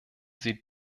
sie